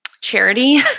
charity